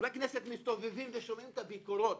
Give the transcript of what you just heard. חברי כנסת מסתובבים ושומעים את הביקורות.